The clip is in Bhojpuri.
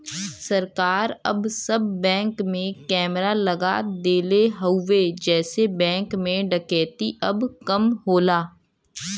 सरकार अब सब बैंक में कैमरा लगा देले हउवे जेसे बैंक में डकैती अब कम होला